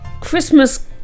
Christmas